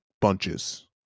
bunches